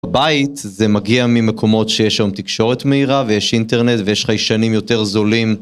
בבית זה מגיע ממקומות שיש שם תקשורת מהירה, ויש אינטרנט ויש חיישנים יותר זולים.